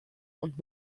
und